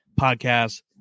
podcast